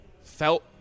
felt